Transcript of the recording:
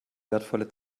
wertvolle